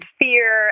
fear